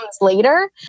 later